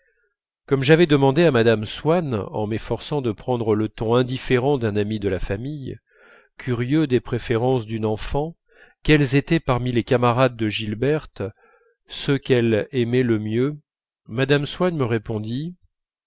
comme j'avais demandé à mme swann en m'efforçant de prendre le ton indifférent d'un ami de la famille curieux des préférences d'une enfant quels étaient parmi les camarades de gilberte ceux qu'elle aimait le mieux mme swann me répondit